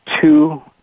Two